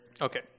Okay